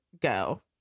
go